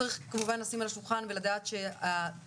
צריך כמובן לשים על השולחן ולדעת שהתוקף